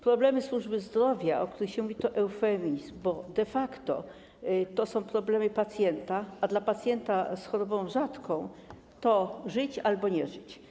Problemy służby zdrowia, o których się mówi, to eufemizm, bo de facto to są problemy pacjenta, a dla pacjenta z chorobą rzadką to żyć albo nie żyć.